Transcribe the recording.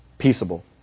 peaceable